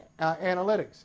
analytics